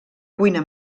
cuina